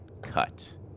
cut